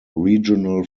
regional